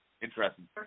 Interesting